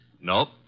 Nope